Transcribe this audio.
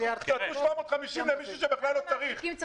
הליקופטר שזרק כסף למישהו שבכלל לא צריך.